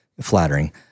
Flattering